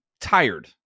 tired